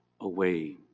away